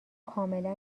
کاملا